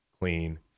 clean